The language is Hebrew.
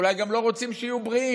אולי גם לא רוצים שהם יהיו בריאים.